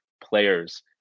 players